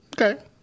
okay